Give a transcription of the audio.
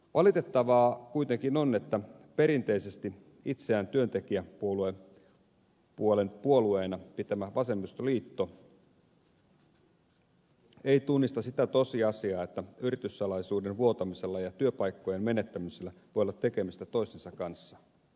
valitettavaa kuitenkin on että perinteisesti itseään työntekijäpuolen puolueena pitävä vasemmistoliitto ei tunnista sitä tosiasiaa että yrityssalaisuuden vuotamisella ja työpaikkojen menettämisellä voi olla tekemistä toistensa kanssa